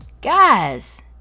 Guys